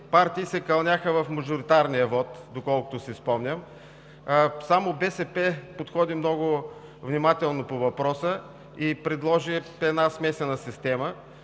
партии се кълняха в мажоритарния вот, доколкото си спомням. Само БСП подходи много внимателно по въпроса и предложи една смесена система,